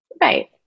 Right